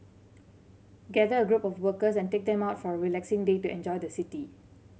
gather a group of workers and take them out for a relaxing day to enjoy the city